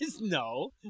No